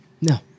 No